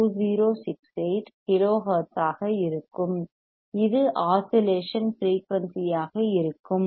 2068 kilo ஹெர்ட்ஸாக இருக்கும் இது ஆஸிலேஷன் ஃபிரெயூனிசி ஆக இருக்கும்